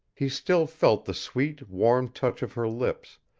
he still felt the sweet, warm touch of her lips,